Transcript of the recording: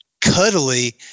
cuddly